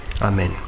Amen